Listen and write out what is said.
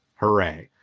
hurray!